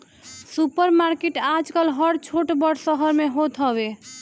super market आजकल हर छोट बड़ शहर में होत हवे